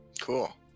cool